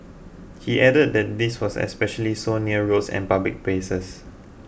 he added that this was especially so near roads and public places